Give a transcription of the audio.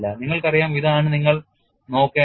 നിങ്ങൾക്കറിയാമോ ഇതാണ് നിങ്ങൾ നോക്കേണ്ടത്